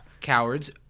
Cowards